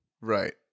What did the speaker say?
right